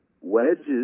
wedges